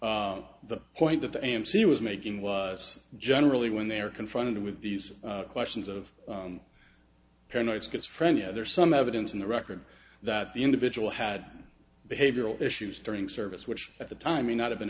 so the point that the mc was making was generally when they are confronted with these questions of paranoid schizophrenia there is some evidence in the record that the individual had behavioral issues during service which at the time may not have been